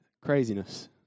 craziness